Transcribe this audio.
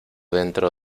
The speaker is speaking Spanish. dentro